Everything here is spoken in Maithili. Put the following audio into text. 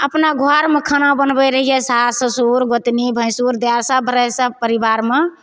अपना घरमे खाना बनबय रहियै सास ससुर गोतनी भैंसुर देओर सब रहय सब परिवारमे